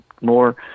more